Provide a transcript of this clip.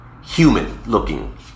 human-looking